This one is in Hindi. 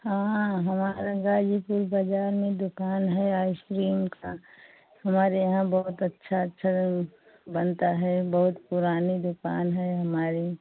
हाँ हमारे गाज़ीपुर बाज़ार में दुकान है आइसक्रीम की हमारे यहाँ बहुत अच्छी अच्छी बनती है बहुत पुरानी दुकान है हमारी